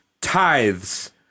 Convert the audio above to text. tithes